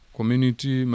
Community